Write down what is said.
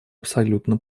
абсолютно